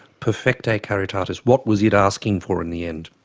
perfectae caritatis. what was it asking for in the end?